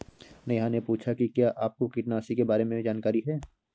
नेहा ने पूछा कि क्या आपको कीटनाशी के बारे में जानकारी है?